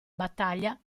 battaglia